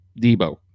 Debo